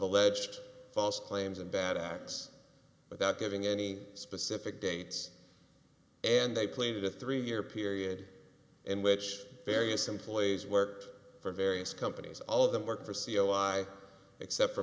alleged false claims and bad acts without giving any specific dates and they played a three year period in which various employees worked for various companies all of them worked for c e o i except for